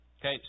Okay